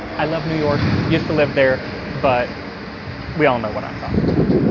i love new york, used to live there but we all know what i'm talking about.